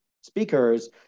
speakers